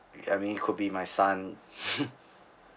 I mean it could be my son